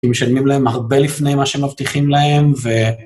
כי משלמים להם הרבה לפני מה שמבטיחים להם, ו...